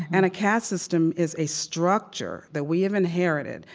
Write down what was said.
and a caste system is a structure that we have inherited,